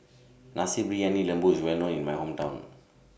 Nasi Briyani Lembu IS Well known in My Hometown